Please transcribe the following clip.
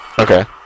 Okay